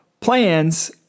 plans